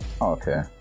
okay